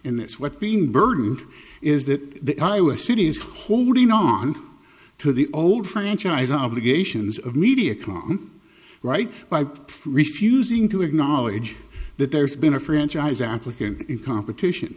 and that's what's been burdened is that the iowa city is holding on to the old franchise obligations of mediacom right by refusing to acknowledge that there's been a franchise applicant in competition